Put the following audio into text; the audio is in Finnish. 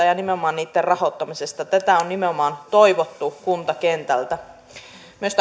ja nimenomaan niitten rahoittamisesta tätä on nimenomaan toivottu kuntakentältä mitä tulee myös